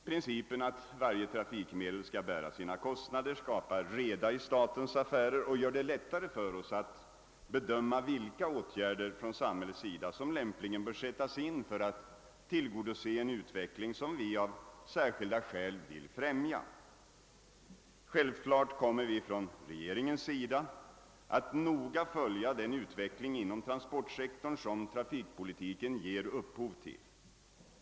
Principen att varje trafikmedel skall bära sina kostnader skapar reda i statens affärer och gör det lättare för oss att bedöma vilka åtgärder samhället lämpligen bör sätta in för att tillgodose en utveckling som vi av särskilda skäl vill främja. Naturligtvis kommer regeringen att noga följa den utveckling inom transportsektorn som trafikpolitiken ger upphov till.